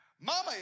Mama